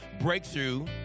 breakthrough